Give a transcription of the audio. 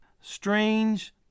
Strange